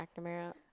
McNamara